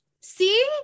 See